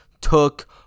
took